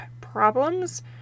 problems